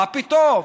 מה פתאום?